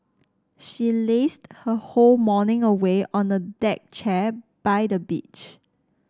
she lazed her whole morning away on a deck chair by the beach